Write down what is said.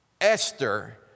Esther